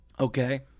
Okay